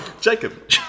Jacob